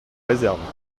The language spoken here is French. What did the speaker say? réserves